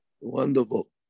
Wonderful